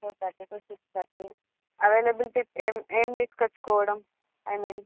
four thirty to six thirty availability ఏం ఏం తీసుకుని ఉంచుకోవడం ఐ మీన్